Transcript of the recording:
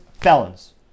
felons